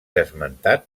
esmentat